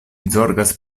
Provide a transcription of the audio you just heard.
zorgas